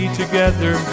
together